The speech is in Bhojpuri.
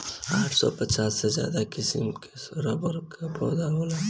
आठ सौ पचास से ज्यादा किसिम कअ रबड़ कअ पौधा होला